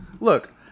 look